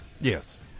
Yes